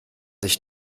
ich